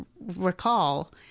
recall